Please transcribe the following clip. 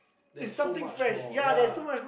there's so much more ya